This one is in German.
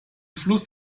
schluss